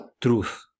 truth